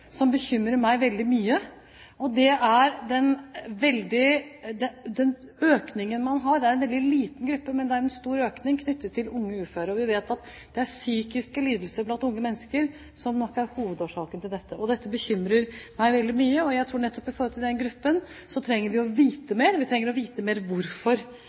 som bekymrer meg veldig, og det er den økningen man har – det er snakk om en veldig liten gruppe, men det er en stor økning – knyttet til unge uføre. Vi vet at det er psykiske lidelser blant unge mennesker som nok er hovedårsaken til dette. Dette bekymrer meg veldig mye, og jeg tror at vi nettopp i forhold til den gruppen trenger å vite mer. Vi trenger å vite mer om hvorfor